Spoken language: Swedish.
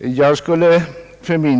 Man blir kanske ännu